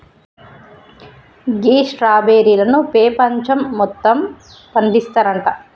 గీ స్ట్రాబెర్రీలను పెపంచం మొత్తం పండిస్తారంట